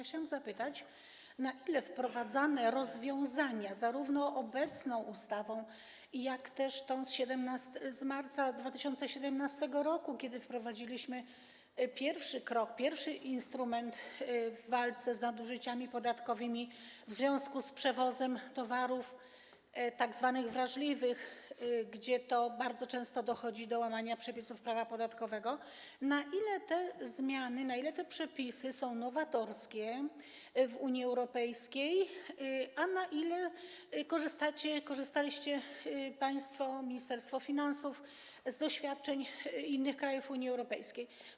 Chciałam zapytać: Na ile wprowadzane rozwiązania, zarówno obecną ustawą, jak też tą z marca 2017 r., kiedy wprowadziliśmy pierwszy krok, pierwszy instrument w walce z nadużyciami podatkowymi w związku z przewozem tzw. towarów wrażliwych, w przypadku których bardzo często dochodzi do łamania przepisów prawa podatkowego, na ile te zmiany, na ile te przepisy są nowatorskie w Unii Europejskiej, a na ile korzystacie, korzystaliście państwo, korzystało Ministerstwo Finansów z doświadczeń innych krajów Unii Europejskiej?